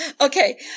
Okay